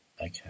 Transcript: Okay